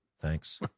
thanks